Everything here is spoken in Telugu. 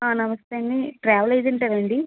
నమస్తే అండి ట్రావెల్ ఏజెంటేనా అండి